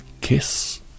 kiss